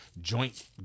joint